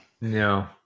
No